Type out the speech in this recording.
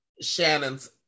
Shannon's